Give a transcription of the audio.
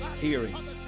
hearing